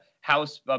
house